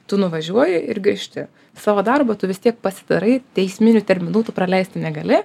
tu nuvažiuoji ir gaišti savo darbą tu vis tiek pasidarai teisminių terminų tų praleisti negali